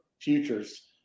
futures